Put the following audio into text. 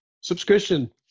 subscription